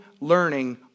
learning